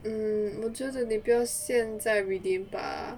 mm 我觉得你不要现在 redeem bah